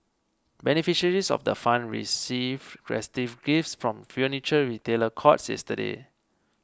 beneficiaries of the fund received festive gifts from Furniture Retailer Courts yesterday